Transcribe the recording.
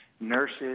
nurses